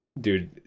dude